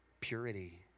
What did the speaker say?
purity